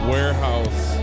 Warehouse